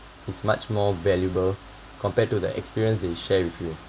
is much more valuable compared to the experience they share with you